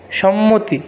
সম্মতি